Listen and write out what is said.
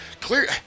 clear